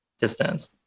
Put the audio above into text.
distance